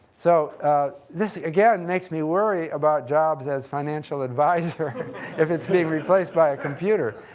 so this, again, makes me worry about jobs as financial advisor if it's being replaced by a computer.